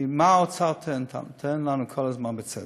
כי מה האוצר טוען כל הזמן, בצדק?